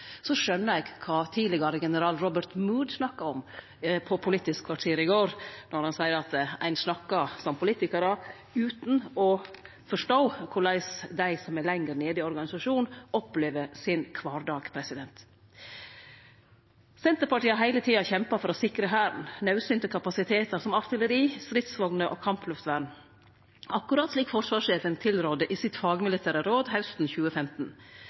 eg kva tidlegare general Robert Mood snakka om i Politisk kvarter i går då han sa at ein snakkar som politikarar utan å forstå korleis dei som er lenger nede i organisasjonen, opplever kvardagen sin. Senterpartiet har heile tida kjempa for å sikre Hæren naudsynte kapasitetar som artilleri, stridsvogner og kampluftvern, akkurat slik forsvarssjefen tilrådde i sitt fagmilitære råd hausten 2015.